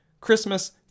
Christmas